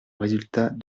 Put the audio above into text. résultat